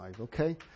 okay